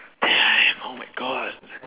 d~ ya ya ya oh my god